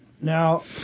now